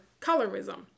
colorism